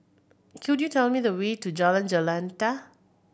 could you tell me the way to Jalan Jendela